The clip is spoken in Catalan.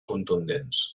contundents